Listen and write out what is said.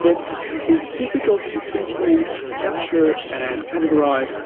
that is difficult to simply capture and categorise